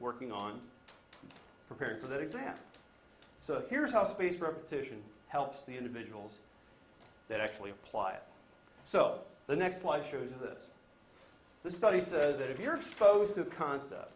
working on preparing for that exam here's how space repetition helps the individuals that actually apply it so the next slide shows the study says that if you're exposed to the concept